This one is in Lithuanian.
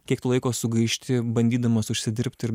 kiek tu laiko sugaišti bandydamas užsidirbti ir